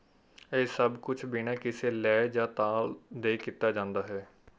ਇਹ ਸਭ ਕੁਛ ਬਿਨਾਂ ਕਿਸੇ ਲੈਅ ਜਾਂ ਤਾਲ ਦੇ ਕੀਤਾ ਜਾਂਦਾ ਹੈ